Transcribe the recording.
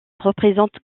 représente